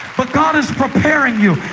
but god is preparing you.